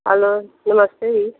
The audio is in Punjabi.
ਹੈਲੋ ਨਮਸਤੇ ਜੀ